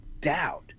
doubt